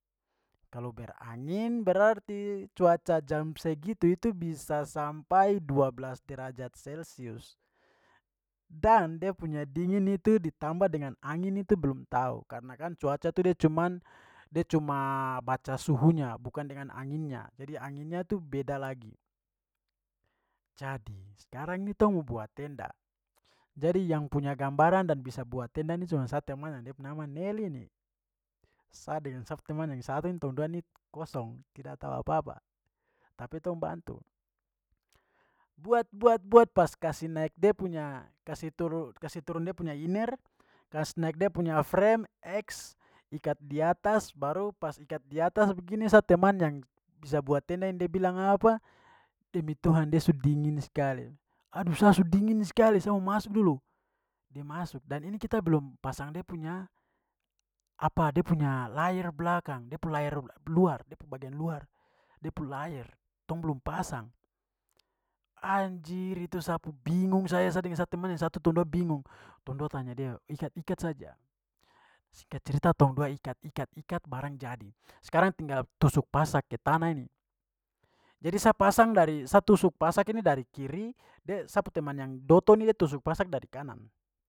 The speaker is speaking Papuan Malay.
Kalau berangin berarti cuaca jam segitu itu bisa sampai dua belas derajat celcius. Dan dia punya dingin itu ditambah dengan angin itu belum tahu karena kan cuaca itu de cuman- da cuma baca suhunya bukan dengan anginnya, jadi anginnya itu beda lagi. Jadi sekarang ni tong mo buat tenda. Jadi yang punya gambaran dan bisa buat tenda ini cuma satu yang mana da pu nama nel ini. Sa dengan sa pu teman yang satu ni tong dua ni kosong, tidak tahu apa-apa, tapi tong bantu. Buat buat buat pas kasi naik de punya- kasi turu- kasi turun da punya inner, kasih naik da punya frame x, ikat di atas, baru pas ikat di atas begini sa teman yang bisa buat tenda ini da bilang apa, demi tuhan dia su dingin sekali, "aduh sa su dingin sekali, sa mo masuk dulu," de masuk dan ini kita belum pasang dia punya dia punya layer belakang- dia punya layer luar, da pu bagian luar, da pu layer, tong belum pasang. Anjir, itu sa pu bingung saja. Saya dengan sa teman yang satu tong dua bingung. Tong dua tanya dia, ikat-ikat saja. Singkat cerita tong dua ikat ikat ikat barang jadi. Sekarang tinggal tusuk pasak ke tanah ini. Jadi sa pasang dari sa tusuk pasak ini dari kiri, de-sa pu teman yang dotto ni dia tusuk pasak dari kanan.